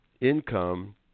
income